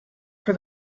for